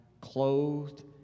clothed